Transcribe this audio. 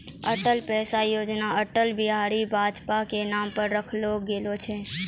Atal pension योजना अटल बिहारी वाजपेई के नाम पर रखलो गेलो छै